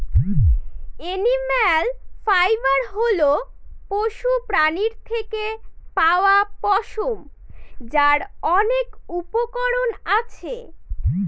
animal fibre হল পশুপ্রাণীর থেকে পাওয়া পশম, যার অনেক উপকরণ আছে